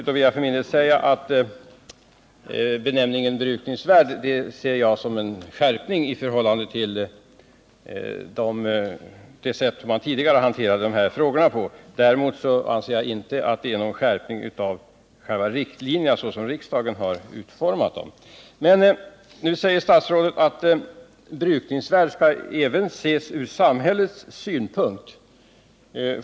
Jag vill för min del säga att jag betraktar benämningen brukningsvärd som en skärpning i förhållande till tidigare. Däremot anser jag inte att det rör sig om någon skärpning av själva riktlinjerna såsom riksdagen har utformat dessa. Nu säger statsrådet att brukningsvärdet även skall ses från samhällets synpunkt.